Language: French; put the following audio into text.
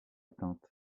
éteinte